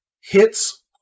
hits